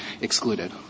excluded